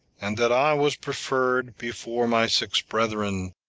and that i was preferred before my six brethren,